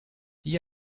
die